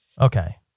Okay